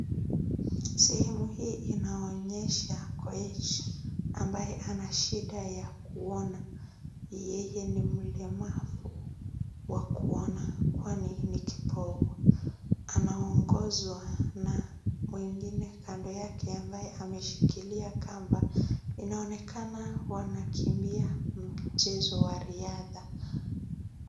Sehemu hii inaonyesha Koech ambaye ana shida ya kuona. Yeye ni mlemavu wa kuona kwani ni kipofu. Anaongozwa na wengine kando yake ambaye ameshikilia kamba. Inaonekana wanakimbia mchezo wa riadha.